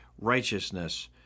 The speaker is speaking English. righteousness